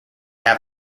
have